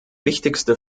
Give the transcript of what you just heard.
wichtigste